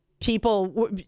people